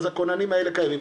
אז הכוננים האלה קיימים,